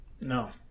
No